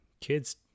kids